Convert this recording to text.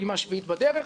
פעימה שביעית בדרך,